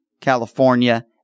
california